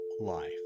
life